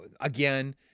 Again